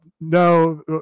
no